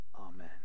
Amen